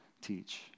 teach